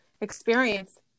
experience